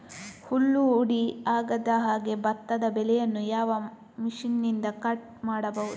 ಹುಲ್ಲು ಹುಡಿ ಆಗದಹಾಗೆ ಭತ್ತದ ಬೆಳೆಯನ್ನು ಯಾವ ಮಿಷನ್ನಿಂದ ಕಟ್ ಮಾಡಬಹುದು?